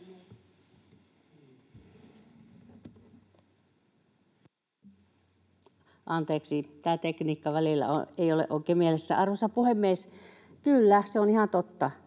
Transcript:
Anteeksi. Tämä tekniikka ei ole välillä oikein mielessä. Arvoisa puhemies! Kyllä se on ihan totta,